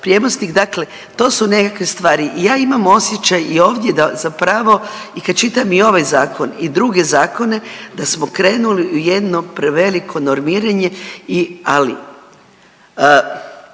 dakle to nekakve stvari. I ja imam osjećaj i ovdje da zapravo i kad čitam i ovaj zakon i druge zakone da smo krenuli u jedno preveliko normiranje i, ali